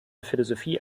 philosophie